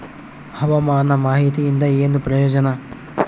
ಹವಾಮಾನ ಮಾಹಿತಿಯಿಂದ ಏನು ಪ್ರಯೋಜನ?